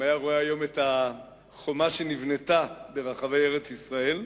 לו ראה היום את החומה שנבנתה ברחבי ארץ-ישראל,